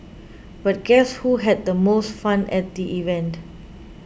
but guess who had the most fun at the event